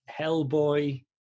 Hellboy